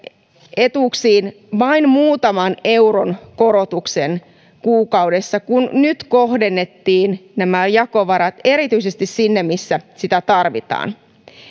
etuuksiin vain muutaman euron korotuksen kuukaudessa kun nyt kohdennettiin nämä jakovarat erityisesti sinne missä niitä tarvitaan